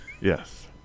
Yes